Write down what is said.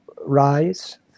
rise